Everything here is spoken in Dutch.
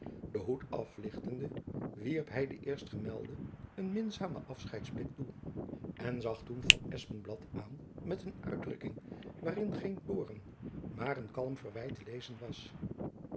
den hoed aflichtende wierp hy den eerstgemelde een minzamen afscheidsblik toe en zag toen van espenblad aan met een uitdrukking waarin geen toorn maar een kalm verwijt te lezen was